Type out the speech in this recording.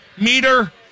meter